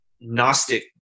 Gnostic